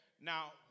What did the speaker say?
Now